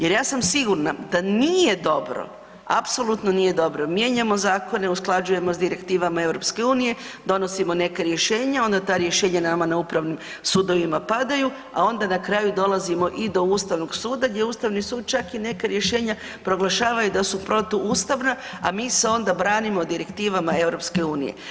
Jer ja sam sigurna da nije dobro, apsolutno nije dobro, mijenjamo zakone, usklađujemo s direktivama EU, donosimo neka rješenja onda ta rješenja nama na upravnim sudovima padaju, a onda na kraju dolazimo i do Ustavnog suda, gdje Ustavni sud čak i neka rješenja proglašavaju da su protuustavna, a mi se onda branimo direktivama EU.